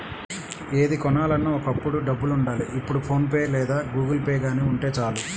ఏది కొనాలన్నా ఒకప్పుడు డబ్బులుండాలి ఇప్పుడు ఫోన్ పే లేదా గుగుల్పే గానీ ఉంటే చాలు